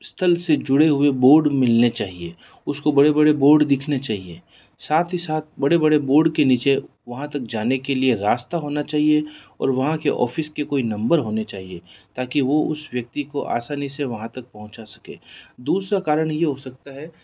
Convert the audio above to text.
स्थल से जुड़े हुए बोर्ड मिलने चाहिए उसको बड़े बड़े बोर्ड दिखने चाहिए साथ ही साथ बड़े बड़े बोर्ड के नीचे वहाँ तक जाने के लिए रास्ता होना चाहिए और वहाँ के ऑफिस के कोई नंबर होने चाहिए ताकि वो उस व्यक्ति को आसानी से वहाँ तक पहुँचा सके दूसरा कारण ये हो सकता है